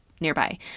nearby